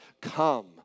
come